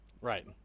Right